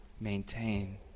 maintain